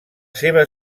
seva